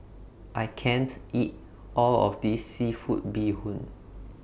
I can't eat All of This Seafood Bee Hoon